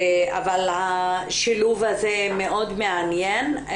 אבל השילוב הזה מאוד מעניין.